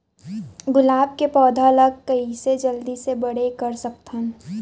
गुलाब के पौधा ल कइसे जल्दी से बड़े कर सकथन?